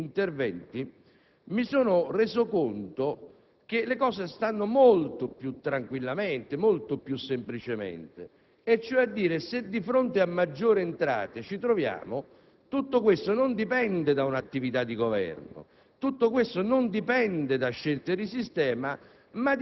Invece, dal dibattito e soprattutto da alcuni interventi, mi sono reso conto che le cose sono molto più tranquille e semplici, cioè a dire, se di fronte a maggiori entrate ci troviamo, tutto questo non dipende da un'attività di Governo,